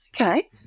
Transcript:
Okay